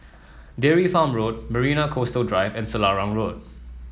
Dairy Farm Road Marina Coastal Drive and Selarang Road